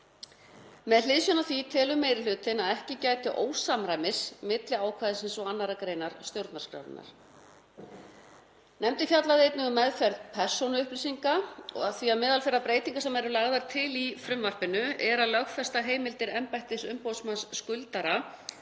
Með hliðsjón af því telur meiri hlutinn að ekki gæti ósamræmis milli ákvæðisins og 2. gr. stjórnarskrárinnar. Nefndin fjallaði einnig um meðferð persónuupplýsinga, af því að meðal þeirra breytinga sem eru lagðar til í frumvarpinu er að lögfesta heimildir embættis umboðsmanns skuldara